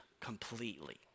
completely